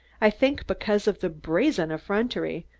i think because of the brazen effrontery,